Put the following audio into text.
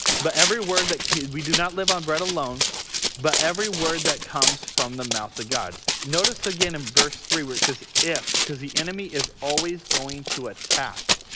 but every word that we do not live on bread alone but every word that comes from the mouth of god notice again in verse three where it says if because the enemy is always going to attack